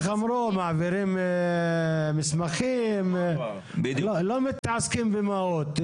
הם דיברו על העברת מסמכים, בלי התעסקות במהות.